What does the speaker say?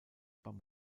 beim